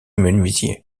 menuisier